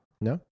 No